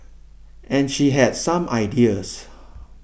and she has some ideas